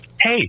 hey